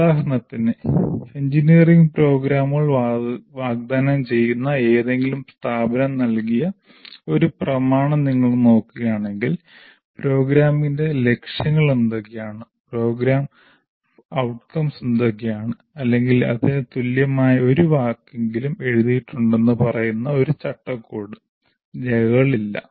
ഉദാഹരണത്തിന് എഞ്ചിനീയറിംഗ് പ്രോഗ്രാമുകൾ വാഗ്ദാനം ചെയ്യുന്ന ഏതെങ്കിലും സ്ഥാപനം നൽകിയ ഒരു പ്രമാണം നിങ്ങൾ നോക്കുകയാണെങ്കിൽ പ്രോഗ്രാമിന്റെ ലക്ഷ്യങ്ങൾ എന്തൊക്കെയാണ് പ്രോഗ്രാം ഫലങ്ങൾ എന്തൊക്കെയാണ് അല്ലെങ്കിൽ അതിന് തുല്യമായ ഒരു വാക്കെങ്കിലും എഴുതിയിട്ടുണ്ടെന്ന് പറയുന്ന ഒരു ചട്ടക്കൂട് രേഖകളില്ല